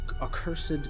accursed